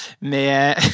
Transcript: mais